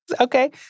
okay